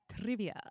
trivia